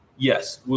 Yes